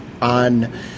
on